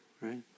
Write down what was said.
right